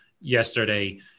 yesterday